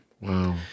Wow